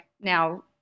now